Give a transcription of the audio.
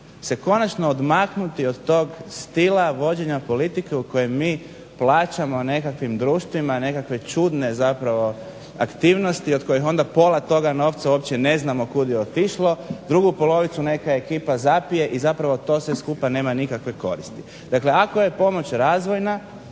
se konačno odmaknuti od tog stila vođenja politike u kojem mi plaćamo nekakvim društvima nekakve čudne zapravo aktivnosti od kojih pola toga novca ne znamo kud je otišlo. Drugu polovicu neka ekipa zapije i zapravo to sve skupa nema nikakve koristi. Dakle ako je pomoć razvojna